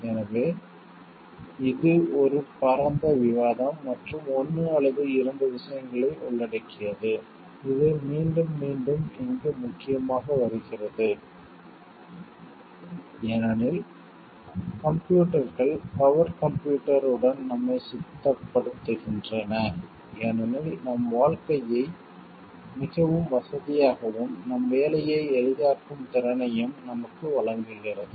எனவே இது ஒரு பரந்த விவாதம் மற்றும் 1 அல்லது 2 விஷயங்களை உள்ளடக்கியது இது மீண்டும் மீண்டும் இங்கு முக்கியமாக வருகிறது ஏனெனில் கம்ப்யூட்டர்கள் பவர் கம்ப்யூட்டர் உடன் நம்மைச் சித்தப்படுத்துகின்றன ஏனெனில் நம் வாழ்க்கையை மிகவும் வசதியாகவும் நம் வேலையை எளிதாக்கும் திறனையும் நமக்கு வழங்குகிறது